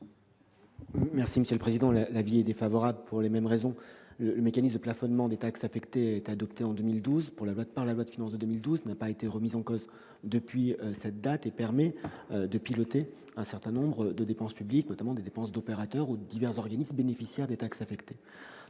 ? Il est également défavorable, pour les mêmes raisons. Le mécanisme de plafonnement des taxes affectées a été adopté dans la loi de finances pour 2012 et n'a pas été remis en cause depuis lors. Il permet de piloter un certain nombre de dépenses publiques, notamment des dépenses d'opérateurs ou de divers organismes bénéficiaires des taxes affectées.